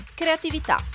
creatività